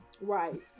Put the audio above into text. right